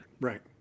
Right